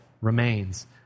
remains